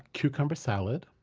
cucumber salad.